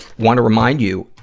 wanna remind you,